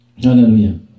Hallelujah